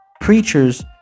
preachers